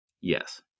Yes